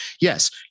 yes